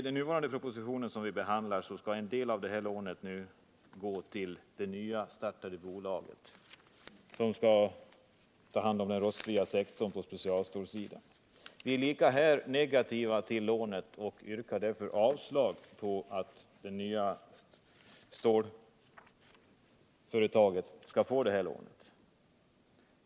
Enligt den proposition som vi nu behandlar skall en del av detta lån gå till det nystartade bolaget, som skall ta hand om den rostfria sektorn på specialstålsidan. Vi är lika negativa här till lånet och yrkar därför avslag på förslaget att det nya stålföretaget skall få detta lån.